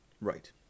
Right